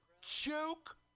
Joke